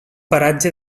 paratge